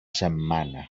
setmana